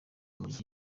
urumogi